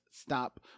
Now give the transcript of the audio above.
stop